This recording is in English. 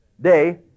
Day